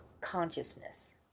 consciousness